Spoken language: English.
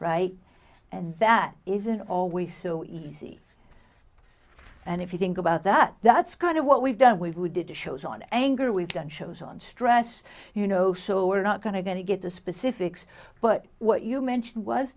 right and that isn't always so easy and if you think about that that's kind of what we've done with we did the shows on anger we've done shows on stress you know so we're not going to get the specifics but what you mentioned was